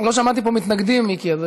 לא שמעתי פה מתנגדים, מיקי.